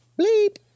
bleep